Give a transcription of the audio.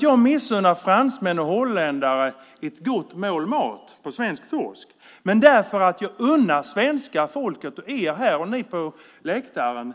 Jag missunnar inte fransmän och holländare ett gott mål mat på svensk torsk, men jag unnar svenska folket, er här och er på läktaren